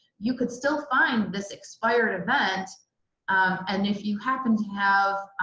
you could still find this expired event and if you happen to have